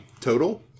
Total